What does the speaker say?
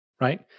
Right